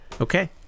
Okay